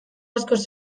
askoz